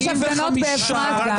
יש הפגנות גם באפרת.